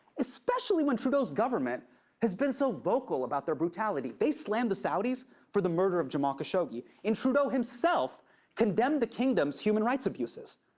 especially when trudeau's government has been so vocal about their brutality. they slammed the saudis for the murder of jamal khashoggi, and trudeau himself condemned the kingdom's human rights abuses.